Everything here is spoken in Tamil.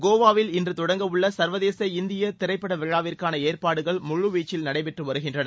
கோவாவில் இன்று தொடங்க உள்ள சுர்வதேச இந்திய திரைப்பட விழாவிற்கான ஏற்பாடுகள் முழுவீச்சில் நடைபெற்று வருகின்றன